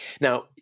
now